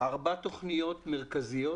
ארבע תוכניות מרכזיות